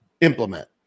implement